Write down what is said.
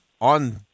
on